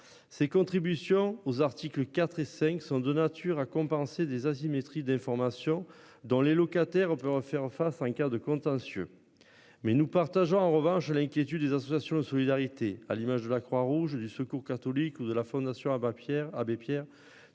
Ses contributions aux articles 4 et 5 sont de nature à compenser des asymétries d'information dans les locataires. On peut en faire face. Un cas de contentieux. Mais nous partageons en revanche l'inquiétude des associations de solidarité à l'image de la Croix-Rouge et du Secours catholique ou de la Fondation Abbé Pierre,